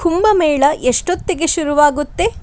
ಕುಂಬಮೇಳ ಎಷ್ಟೊತ್ತಿಗೆ ಶುರುವಾಗುತ್ತೆ